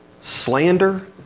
slander